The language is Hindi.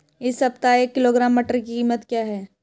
इस सप्ताह एक किलोग्राम मटर की कीमत क्या है?